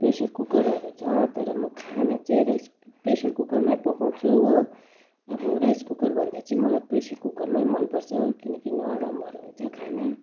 pressure कुकरहरू छ तर म खाना चाहिँ राइस प्रेसर कुकरमै पकाउँछु हो अब राइस कुकरभन्दा चाहिँ मलाई प्रेसर कुकरमै मनपर्छ किनकि नरमहरू हुन्छ खाना